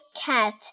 cat